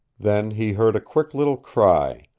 then he heard a quick little cry,